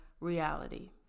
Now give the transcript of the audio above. reality